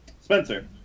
Spencer